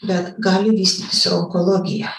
bet gali vystytis ir onkologija